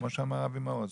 כמו שאמר אבי מעוז,